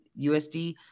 USD